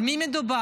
על מי מדובר?